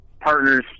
partners